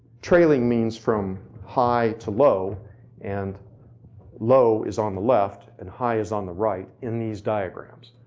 trailing means from high to low and low is on the left, and high is on the right in these diagrams.